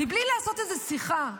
מבלי לעשות איזה שיחה,